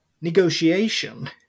negotiation